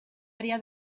área